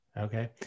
Okay